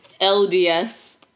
LDS